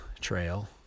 Trail